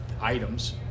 items